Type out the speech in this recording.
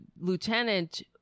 lieutenant